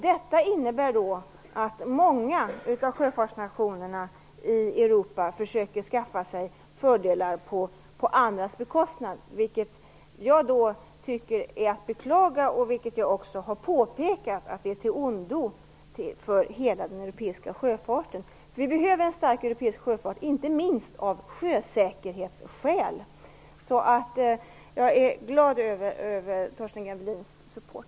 Detta innebär att många av sjöfartsnationerna i Europa försöker skaffa sig fördelar på andras bekostnad, vilket jag tycker är att beklaga och vilket jag också har påpekat är till ondo för hela den europeiska sjöfarten. Vi behöver en stark europeisk sjöfart, inte minst av sjösäkerhetsskäl. Jag är därför glad över Torsten Gavelins support.